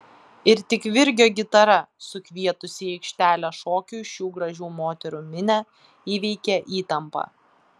ir tik virgio gitara sukvietusi į aikštelę šokiui šių gražių moterų minią įveikė įtampą